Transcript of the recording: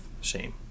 Shame